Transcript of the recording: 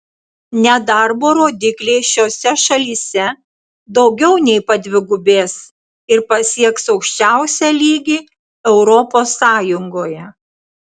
nedarbo rodikliai šiose šalyse daugiau nei padvigubės ir pasieks aukščiausią lygį europos sąjungoje